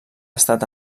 estat